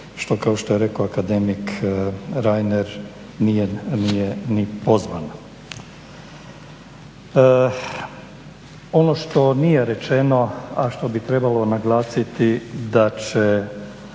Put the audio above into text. što kao što je rekao akademik Reiner nije ni pozvana. Ono što nije rečeno, a što bi trebalo naglasiti da će